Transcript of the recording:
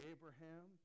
Abraham